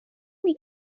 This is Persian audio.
نمی